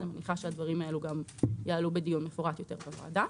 אני מניחה שהדברים האלו יעלו בדיון מפורט יותר בוועדה.